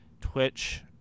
twitch